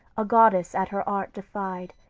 a goddess at her art defied,